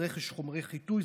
רכש חומרי חיטוי,